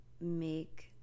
make